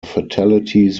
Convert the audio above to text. fatalities